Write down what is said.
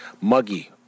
muggy